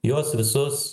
juos visus